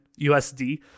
USD